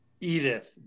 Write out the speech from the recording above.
Edith